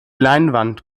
leinwand